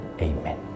Amen